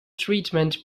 treatment